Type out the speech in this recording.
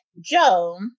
Joe